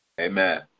Amen